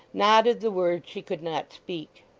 nodded the word she could not speak.